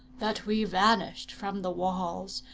that we vanished from the walls,